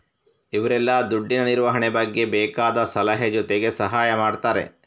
ಇವ್ರೆಲ್ಲ ದುಡ್ಡಿನ ನಿರ್ವಹಣೆ ಬಗ್ಗೆ ಬೇಕಾದ ಸಲಹೆ ಜೊತೆಗೆ ಸಹಾಯ ಮಾಡ್ತಾರೆ